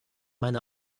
meine